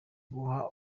guha